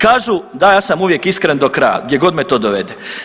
Kažu, da ja sam uvijek iskren do kraja gdje god me to dovede.